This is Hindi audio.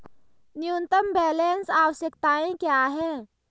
न्यूनतम बैलेंस आवश्यकताएं क्या हैं?